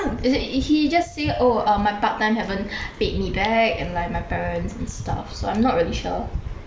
as in he just say oh err my part time haven't paid me back and like my parents and stuff so I'm not really sure